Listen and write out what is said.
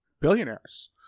billionaires